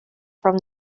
from